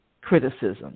criticism